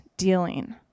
dealing